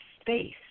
space